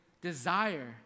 desire